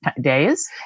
days